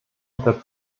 der